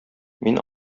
мин